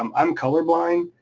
um i'm color blind,